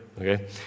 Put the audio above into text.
Okay